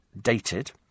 dated